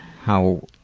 how,